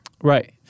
Right